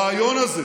הרעיון הזה,